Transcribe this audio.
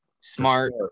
smart